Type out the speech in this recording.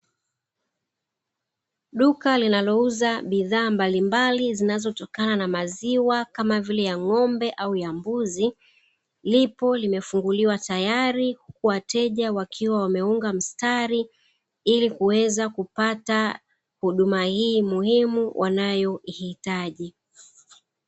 Duka linalouza bidhaa mbalimbali zinazotokana na maziwa kama vile ya ng’ombe au ya mbuzi lipo limefinguliwa tayari, wateja wakiwa wameunga mstari ili kuweza kupata huduma hii muhimu wanayoihitaji.